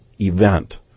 event